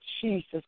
Jesus